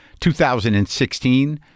2016